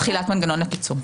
חודש לאחר תחילת מנגנון הקיצור.